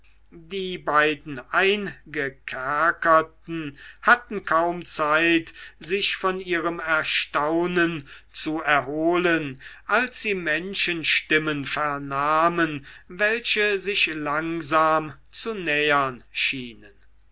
die beiden eingekerkerten hatten kaum zeit sich von ihrem erstaunen zu erholen als sie menschenstimmen vernahmen welche sich langsam zu nähern schienen